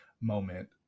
moment